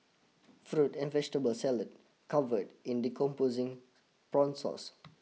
fruit and vegetable salad covered in decomposing prawn sauce